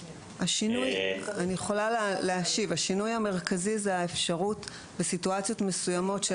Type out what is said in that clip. השינוי המרכזי זה האפשרות בסיטואציות מסוימות של